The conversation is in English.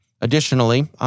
Additionally